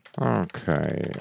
Okay